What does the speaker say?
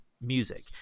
music